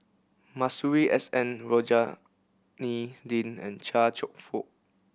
Masuri S N Rohani Din and Chia Cheong Fook